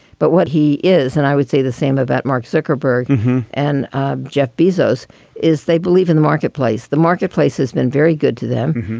but what he is and i would say the same of that mark zuckerberg and jeff bezos is they believe in the marketplace. the marketplace has been very good to them.